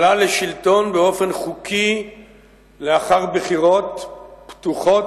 שעלה לשלטון באופן חוקי לאחר בחירות פתוחות,